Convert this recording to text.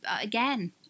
Again